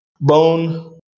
bone